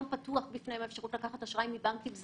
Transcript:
פירמה בין הגדולות בארץ שמתמחה בין היתר בבנקאות,